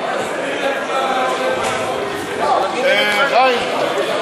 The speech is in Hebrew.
תסביר לכולם, חיים.